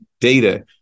data